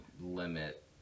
limit